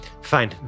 fine